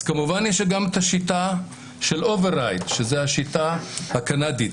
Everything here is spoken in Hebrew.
כמובן, יש גם שיטה של override וזאת השיטה הקנדית.